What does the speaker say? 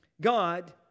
God